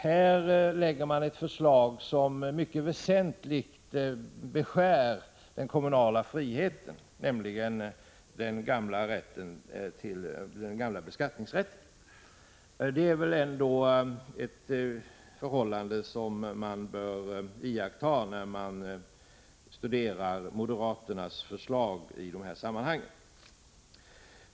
Här framlägger man ett förslag som mycket väsentligt beskär den kommunala friheten genom en inskränkning i den gamla kommunala beskattningsrätten. Det är något man bör iaktta när man studerar moderaternas förslag i dessa sammanhang.